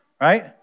right